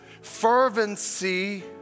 Fervency